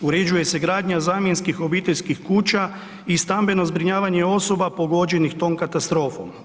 Uređuje se gradnja zamjenskih obiteljskih kuća i stambeno zbrinjavanje osoba pogođenih tom katastrofom.